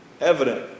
evident